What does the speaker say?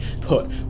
put